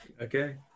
Okay